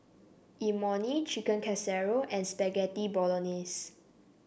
Imoni Chicken Casserole and Spaghetti Bolognese